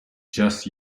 just